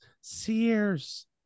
Sears